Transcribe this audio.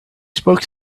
spoke